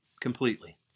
completely